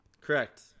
Correct